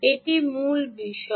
এটি মূল বিষয়